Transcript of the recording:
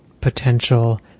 potential